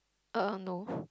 uh no